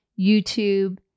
YouTube